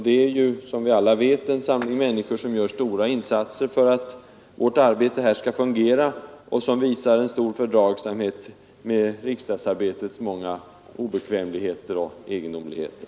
Det är, som vi alla vet, en samling människor som gör stora insatser för att vårt arbete här skall kunna fungera och som visar stor fördragsamhet med riksdagsarbetets många obekvämligheter och egendomligheter.